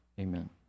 amen